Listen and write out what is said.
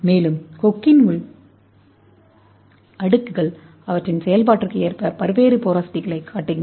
மேலும் கொக்கின் உள் அடுக்குகள் அவற்றின் செயல்பாட்டிற்கு ஏற்ப பல்வேறு போரோசிட்டிகளைக் காட்டுகின்றன